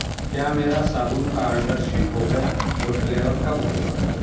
کیا میرا صابن کا آڈر شپ ہو گیا وہ ڈیلیور کب ہوگا